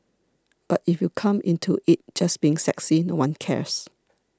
but if you come into it just being sexy no one cares